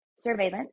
Surveillance